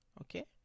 Okay